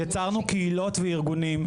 יצרנו קהילות וארגונים,